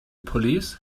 police